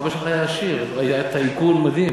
אבא שלך היה עשיר, היה טייקון מדהים.